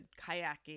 kayaking